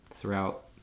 throughout